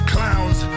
Clowns